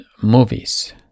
movies